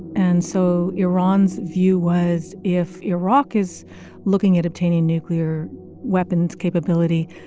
and so iran's view was if iraq is looking at obtaining nuclear weapons capability,